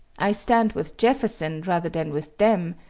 i stand with jefferson rather than with them,